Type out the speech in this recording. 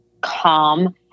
calm